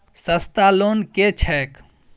सस्ता लोन केँ छैक